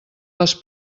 les